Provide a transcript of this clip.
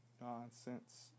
nonsense